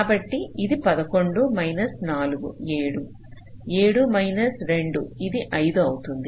కాబట్టి ఇది 11 minus 4 7 7 minus 2 ఇది 5 అవుతుంది